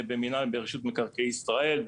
ברשות מקרקעי ישראל,